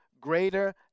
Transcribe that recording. greater